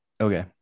Okay